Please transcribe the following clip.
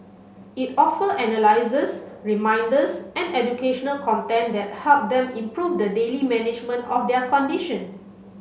it offer analyses reminders and educational content that help them improve the daily management of their condition